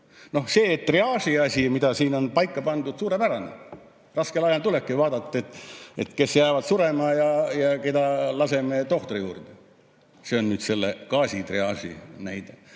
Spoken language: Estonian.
See triaaži asi, mis siin on paika pandud – suurepärane. Raskel ajal tulebki vaadata, kes jäävad surema ja kelle laseme tohtri juurde. See on gaasitriaaži näide.